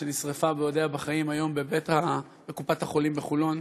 שנשרפה בעודה בחיים היום בקופת-החולים בחולון.